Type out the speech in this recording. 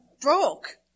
broke